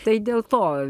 tai dėl to